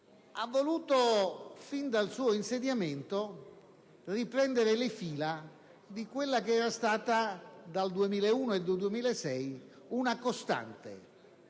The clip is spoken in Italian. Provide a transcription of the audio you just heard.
ha voluto sin dal suo insediamento riprendere le fila di quella che dal 2001 al 2006 era stata una costante,